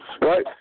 right